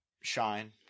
Shine